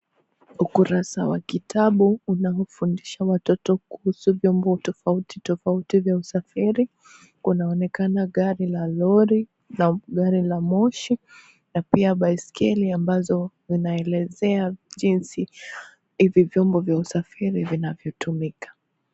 Ukurasa wa kitabu unawafundisha watoto kuhusu vyombo tofauti tofauti vya usafiri. Kunaonekana gari la lori na gari la moshi na pia baiskeli ambazo zinaelezea jinsi hivi vyombo vya usafiri vinavyotumika.